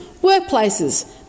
workplaces